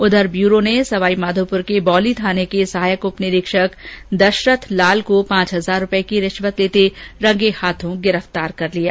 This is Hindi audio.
उधर ब्यूरो ने सवाईमाधोपुर में बौंली थाना में सहायक उप निरीक्षक दशरल लाल को पांच हजार रूपए की रिश्वत लेते रंगे हाथों पकड़ लिया